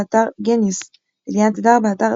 באתר Genius אליאנה תדהר,